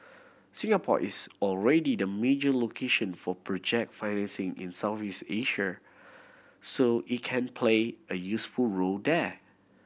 Singapore is already the major location for project financing in Southeast Asia so it can play a useful role there